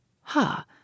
Ha